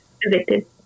evicted